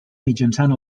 mitjançant